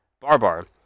Barbar